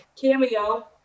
cameo